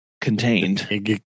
contained